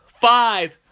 five